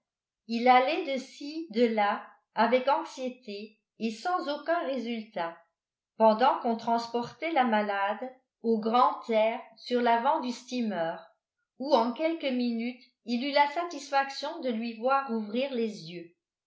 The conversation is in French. il allait de ci de là avec anxiété et sans aucun résultat pendant qu'on transportait la malade au grand air sur l'avant du steamer où en quelques minutes il eut la satisfaction de lui voir rouvrir les yeux